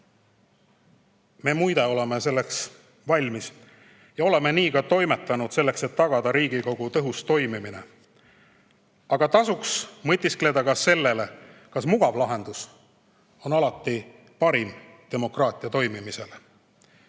muide, selleks valmis. Ja oleme nii ka toimetanud, selleks et tagada Riigikogu tõhus toimimine. Aga tasuks mõtiskelda ka selle üle, kas mugav lahendus on alati parim demokraatia toimimisele.